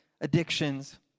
addictions